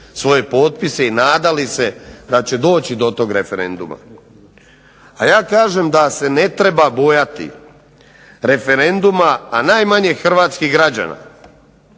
svoje potpise i nadali se da će doći do tog referenduma. A ja kažem da se ne treba bojati referenduma, a najmanje hrvatskih građana.